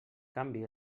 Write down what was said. canvi